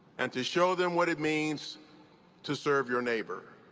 and to show them what it means to serve your neighbor.